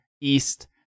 east